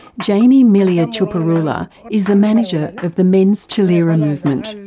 jamie millier tjupurrula is the manager of the men's tjilirra movement.